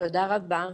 תודה רבה.